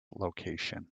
location